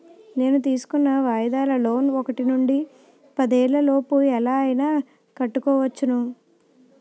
నేను తీసుకున్న వాయిదాల లోన్ ఒకటి నుండి పదేళ్ళ లోపు ఎలా అయినా కట్టుకోవచ్చును